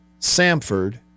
Samford